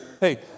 Hey